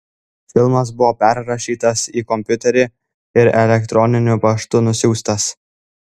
filmas buvo perrašytas į kompiuterį ir elektroniniu paštu nusiųstas